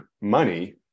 money